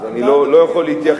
אז אני לא יכול להתייחס.